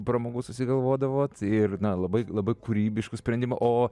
pramogų susigalvodavot ir na labai labai kūrybiškų sprendimų o